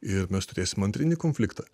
ir mes turėsim antrinį konfliktą